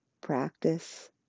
Practice